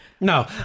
no